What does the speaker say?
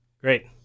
Great